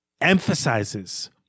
emphasizes